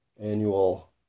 annual